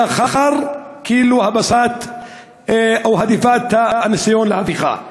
לאחר, כאילו, הבסת או הדיפת הניסיון להפיכה.